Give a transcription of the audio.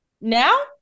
now